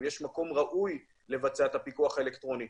אם יש מקום ראוי לבצע את הפיקוח האלקטרוני.